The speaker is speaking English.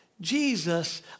Jesus